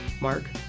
Mark